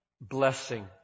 blessing